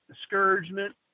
discouragement